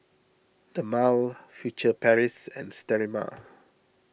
Dermale Furtere Paris and Sterimar